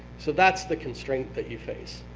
so that's the constraint that you face.